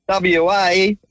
WA